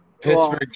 Pittsburgh